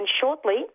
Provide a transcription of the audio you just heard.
shortly